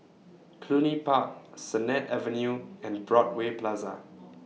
Cluny Park Sennett Avenue and Broadway Plaza